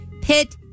Pitt